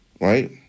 right